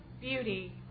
beauty